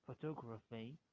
photography